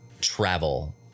travel